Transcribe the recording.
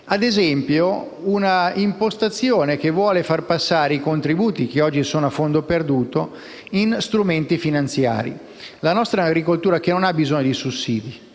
Ad esempio, c'è un'impostazione che vuole far passare i contributi, che oggi sono a fondo perduto, in strumenti finanziari. La nostra è un'agricoltura che non ha bisogno di sussidi,